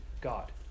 God